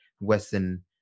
western